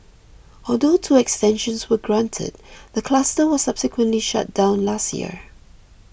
although two extensions were granted the cluster was subsequently shut down last year